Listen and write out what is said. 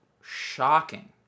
shocking